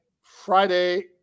Friday